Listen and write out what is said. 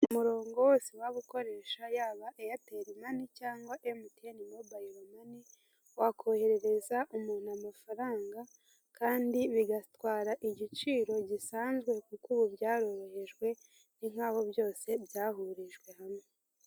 Umurongo wose waba ukoresha yaba airtel mani cyangwa emutiyene mobayiro mani. Wakoherereza umuntu amafaranga kandi bigatwara igiciro gisanzwe, kuko ubu byarohejwe ni nk'aho byose byahurijwe hamwe.